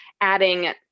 adding